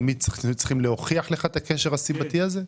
האם צריך להוכיח לך את הקשר הסיבתי הזה?